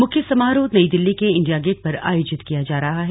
मुख्य समारोह नई दिल्ली के इंडिया गेट पर आयोजित किया जा रहा है